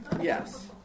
yes